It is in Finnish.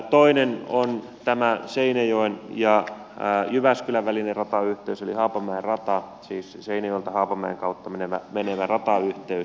toinen on tämä seinäjoen ja jyväskylän välinen ratayhteys eli haapamäen rata siis seinäjoelta haapamäen kautta menevä ratayhteys